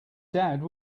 dad